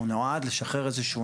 הוא נועד לשחרר איזה שהוא,